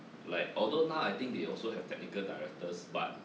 like although now I think they also have technical directors but